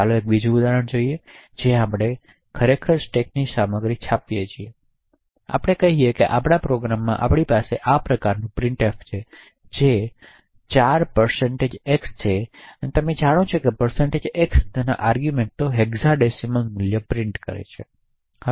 હવે ચાલો એક બીજું ઉદાહરણ જોઈએ જ્યાં આપણે ખરેખર સ્ટેકની સામગ્રી છાપીએ છીએ તેથી આપણે કહી શકીએ કે આપણાં પ્રોગ્રામમાં આપણી પાસે આપ્રકારનું પ્રિન્ટફ છે આજે 4 x છે અને તમે જાણો છો કે x તેના આર્ગૂમેંટનું હેક્સાડેસિમલ મૂલ્ય પ્રિન્ટ કરે છે